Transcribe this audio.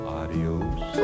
adios